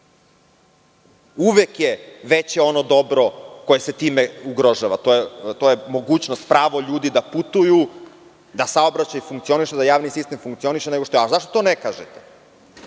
Uvek je veće ono dobro koje se time ugrožava, to je mogućnost, pravo ljudi da putuju, da saobraćaj funkcioniše, da javni sistem funkcioniše, zašto to ne kažete? Znate